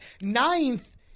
Ninth